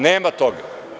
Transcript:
Nema toga.